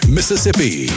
Mississippi